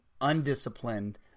undisciplined